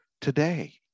today